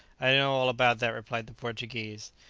i know all about that, replied the portuguese.